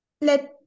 let